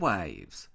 Waves